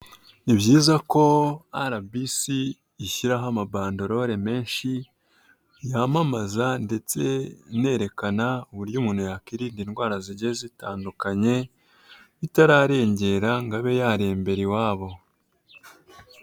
Nii byiza ko RBC ishyiraho ama bandelore menshi yamamaza ndetse inerekana uburyo umuntu yakwirinda indwara zigiye zitandukanye, itararengera ngo abe yarembera iwabo.